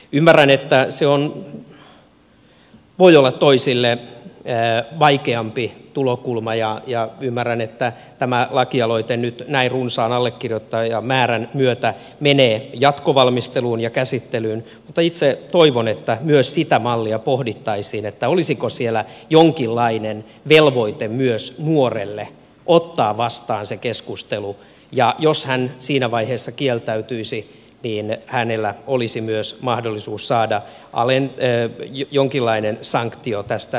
ymmärrän että se voi olla toisille vaikeampi tulokulma ja ymmärrän että tämä lakialoite nyt näin runsaan allekirjoittajamäärän myötä menee jatkovalmisteluun ja käsittelyyn mutta itse toivon että myös sitä mallia pohdittaisiin että olisiko siellä jonkinlainen velvoite myös nuorelle ottaa vastaan se keskustelu ja jos hän siinä vaiheessa kieltäytyisi niin hänellä olisi myös mahdollisuus saada jonkinlainen sanktio tästä kieltäytymisestä